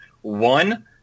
One